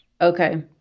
Okay